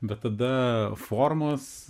bet tada formos